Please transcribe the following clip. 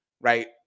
right